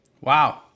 Wow